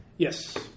Yes